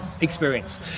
experience